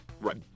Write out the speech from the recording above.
Right